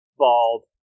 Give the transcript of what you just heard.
bald